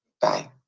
Bye